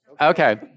okay